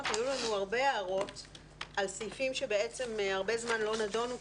היו לנו הרבה הערות על סעיפים שבעצם הרבה זמן לא נדונו,